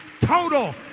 Total